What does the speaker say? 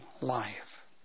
life